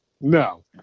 No